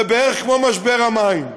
זה בערך כמו משבר המים,